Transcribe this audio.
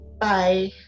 Bye